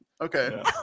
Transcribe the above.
Okay